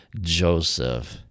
Joseph